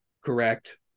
correct